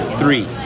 Three